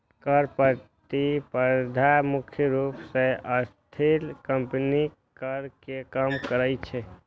कर प्रतिस्पर्धा मुख्य रूप सं अस्थिर कंपनीक कर कें कम करै छै